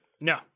No